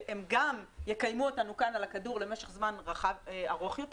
שהם גם יקיימו אותנו כאן על הכדור למשך זמן ארוך יותר